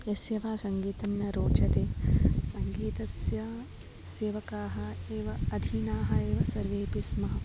यस्य वा सङ्गीतं न रोचते सङ्गीतस्य सेवकाः एव अधीनाः एव सर्वेऽपि स्मः